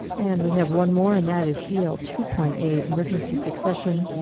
and we have one more, and that is el two point eight, emergency succession,